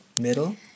Middle